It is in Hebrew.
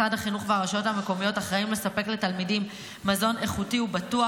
משרד החינוך והרשויות המקומיות אחראים לספק לתלמידים מזון איכותי ובטוח,